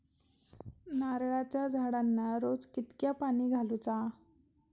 नारळाचा झाडांना रोज कितक्या पाणी घालुचा?